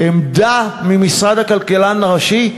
עמדה ממשרד הכלכלן הראשי,